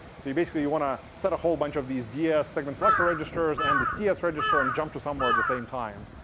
so basically, you want to set a whole bunch of these ds segment selector registers and the cs register and jump to somewhere at the same time.